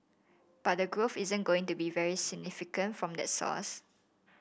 but the growth isn't going to be very significant from that source